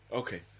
okay